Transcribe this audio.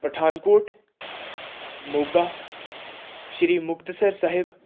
Pathankot Moga Shri Muktsar Sahib